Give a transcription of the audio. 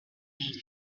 made